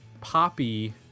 poppy